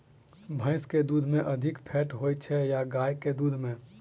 भैंस केँ दुध मे अधिक फैट होइ छैय या गाय केँ दुध में?